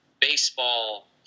baseball